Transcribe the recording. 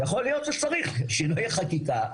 שצריך שינוי חקיקה.